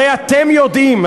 הרי אתם יודעים,